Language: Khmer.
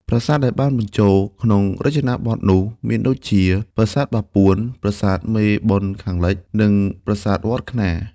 ប្រាសាទដែលបញ្ចូលក្នុងរចនាបថនោះ មានដូចជា ប្រាសាទបាពួន ប្រាសាទមេបុណ្យខាងលិច និងប្រាសាទវត្ដខ្នារ ។